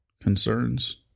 concerns